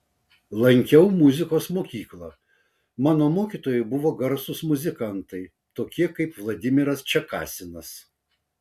lankiau muzikos mokyklą mano mokytojai buvo garsūs muzikantai tokie kaip vladimiras čekasinas